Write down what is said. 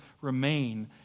remain